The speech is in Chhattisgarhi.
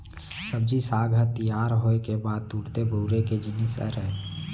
सब्जी साग ह तियार होए के बाद तुरते बउरे के जिनिस हरय